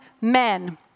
men